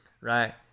right